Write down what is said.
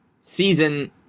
season